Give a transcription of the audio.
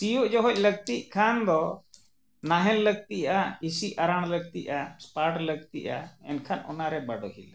ᱥᱤᱭᱳᱜ ᱡᱚᱠᱷᱚᱱ ᱞᱟᱹᱠᱛᱤᱜ ᱠᱷᱟᱱ ᱫᱚ ᱱᱟᱦᱮᱞ ᱞᱟᱹᱠᱛᱤᱜᱼᱟ ᱤᱥᱤ ᱟᱨᱟᱬ ᱞᱟᱹᱠᱛᱤᱜᱼᱟ ᱯᱟᱴ ᱞᱟᱹᱠᱛᱤᱜᱼᱟ ᱮᱱᱠᱷᱟᱱ ᱚᱱᱟᱨᱮ ᱵᱟᱰᱳᱦᱤ ᱞᱟᱹᱠᱛᱤᱜᱼᱟ